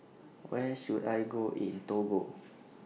Where should I Go in Togo